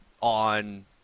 on